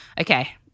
Okay